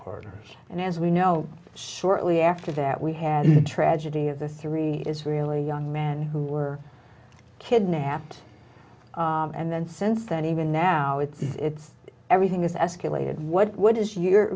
partner and as we know certainly after that we had the tragedy of the three israeli young men who were kidnapped and then since then even now it's it's everything is escalated what what is your